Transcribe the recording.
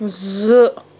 زٕ